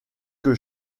que